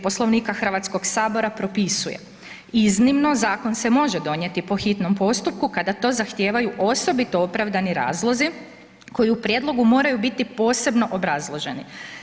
Poslovnika HS-a propisuje iznimno, zakon se može donijeti po hitnom postupku kada to zahtijevaju osobito opravdani razlozi koji u prijedlogu moraju biti posebno obrazloženi.